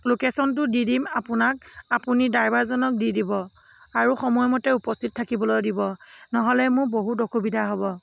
লোকেশ্যনটো দি দিম আপোনাক আপুনি ড্ৰাইভাৰজনক দি দিব আৰু সময়মতে উপস্থিত থাকিবলৈ দিব নহ'লে মোৰ বহুত অসুবিধা হ'ব